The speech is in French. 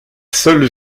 seule